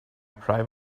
private